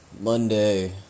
Monday